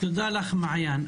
תודה לך, מעיין.